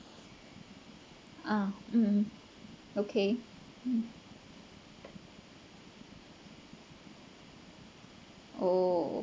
ah mm mm okay oh